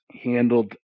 handled